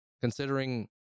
considering